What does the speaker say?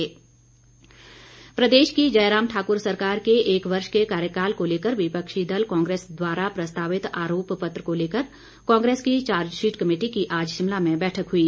कांग्रेस प्रदेश की जयराम ठाकुर सरकार के एक वर्ष के कार्यकाल को लेकर विपक्षी दल कांग्रेस द्वारा प्रस्तावित आरोप पत्र को लेकर कांग्रेस की चार्जशीट कमेटी की आज शिमला में बैठक हुई